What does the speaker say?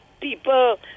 people